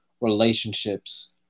relationships